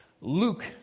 Luke